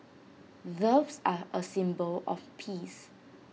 doves are A symbol of peace